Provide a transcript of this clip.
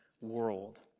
world